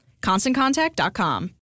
ConstantContact.com